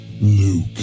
Luke